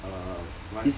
err